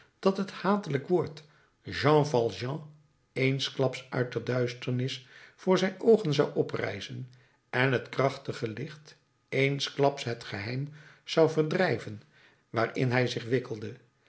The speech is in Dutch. dat het hatelijk woord jan valjean eensklaps uit de duisternis voor zijn oogen zou oprijzen en het krachtige licht eensklaps het geheim zou verdrijven waarin hij zich wikkelde